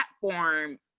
platform